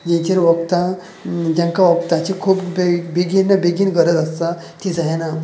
जाचेर वखतां जांकां वखदाची खूब बेगिना बेगीन गरज आसता ती जायेना